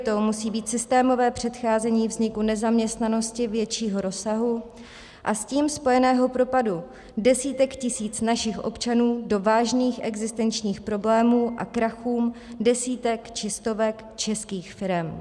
Prioritou musí být systémové předcházení vzniku nezaměstnanosti většího rozsahu, s tím spojeného propadu desítek tisíc našich občanů do vážných existenčních problémů a krachům desítek či stovek českých firem.